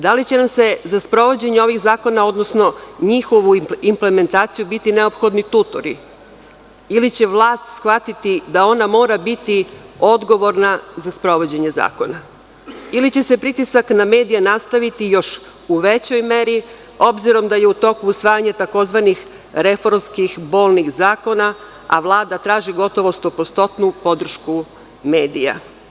Da li će nam za sprovođenje ovih zakona, odnosno njihovu implementaciju biti neophodni tutori ili će vlast shvatiti da ona mora biti odgovorna za sprovođenje zakona ili će se pritisak na medije nastaviti u još većoj meri, obzirom da je u toku usvajanje tzv. reformskih bolnih zakona, a Vlada traži gotovo stopostotnu podršku medija?